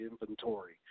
inventory